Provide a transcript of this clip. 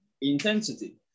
Intensity